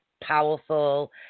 powerful